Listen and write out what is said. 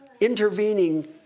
intervening